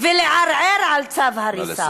ולערער על צו הריסה.